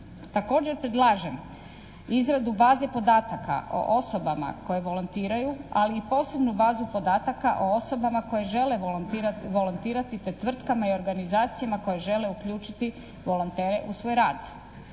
Također predlažem izradu baze podataka o osobama koje volontiraju ali i posebnu bazu podataka o osobama koje žele volontirati te tvrtkama i organizacijama koje žele uključiti volontere u svoj rad.